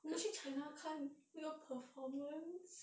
我们去 china 看那个 performance